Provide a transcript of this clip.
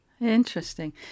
Interesting